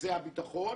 זה הביטחון,